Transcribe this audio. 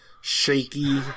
shaky